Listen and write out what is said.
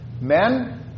Men